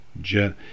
jet